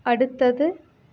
அடுத்தது